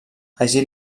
hagi